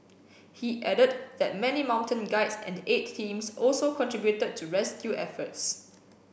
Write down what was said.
he added that many mountain guides and aid teams also contributed to rescue efforts